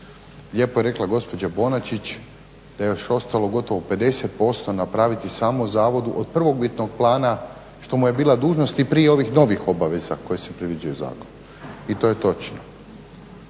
Lijepo je rekla gospođa Bonačić da je još ostalo gotovo 50% napraviti samo zavodu od prvobitnog plana što mu je bila dužnost i prije ovih novih obaveza koja se predviđaju zakonom i to je točno.